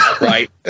Right